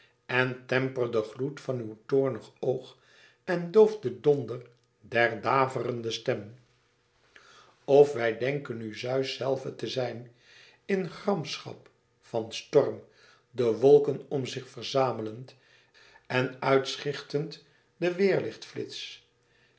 en temper den gloed van uw toornig oog en doof den donder der daverende stem of wij denken u zeus zelve te zijn in gramschap van storm de wolken om zich verzamelend en ùit schichtend den weêrlichtflits